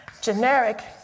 generic